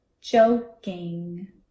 joking